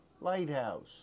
Lighthouse